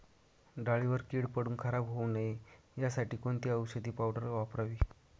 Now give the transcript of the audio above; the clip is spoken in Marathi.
डाळीवर कीड पडून खराब होऊ नये यासाठी कोणती औषधी पावडर वापरावी?